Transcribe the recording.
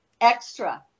extra